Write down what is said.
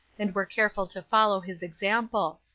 and were careful to follow his example.